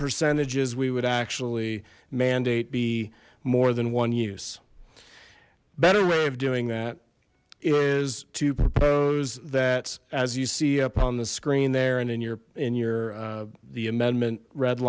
percentages we would actually mandate be more than one use better way of doing that is to propose that as you see up on the screen there and in your in your the amendment red